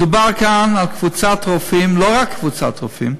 מדובר כאן על קבוצת רופאים, לא רק קבוצת רופאים,